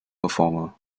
performer